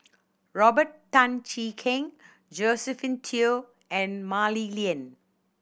Robert Tan Jee Keng Josephine Teo and Mah Li Lian